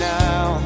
now